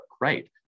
great